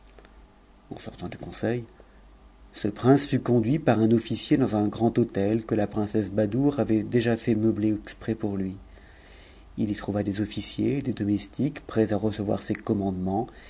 kn sortant du conseil ce prince fut conduit par un officier dans un grand hôtel que la princesse badoure avait déjà fait meubler exprès pour lui i y trouva des officiers et des domestiques prêts à recevoir ses commandements